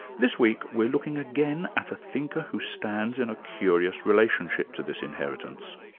this week, we're looking again at a thinker who stands in a curious relationship to this inheritance.